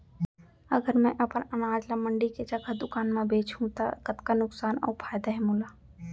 अगर मैं अपन अनाज ला मंडी के जगह दुकान म बेचहूँ त कतका नुकसान अऊ फायदा हे मोला?